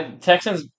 Texans